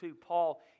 Paul